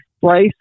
place